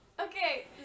Okay